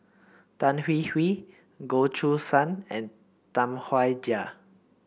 Tan Hwee Hwee Goh Choo San and Tam Wai Jia